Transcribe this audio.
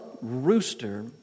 rooster